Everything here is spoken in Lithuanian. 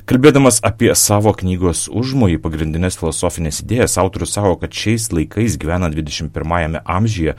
kalbėdamas apie savo knygos užmojį pagrindines filosofines idėjas autorius sako kad šiais laikais gyvenant dvidešim pirmajame amžiuje